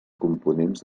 components